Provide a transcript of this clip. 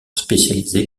spécialisé